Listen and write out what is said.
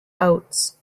oats